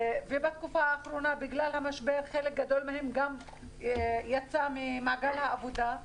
ובתקופה האחרונה בגלל המשבר חלק גדול מהם גם יצא ממעגל העבודה.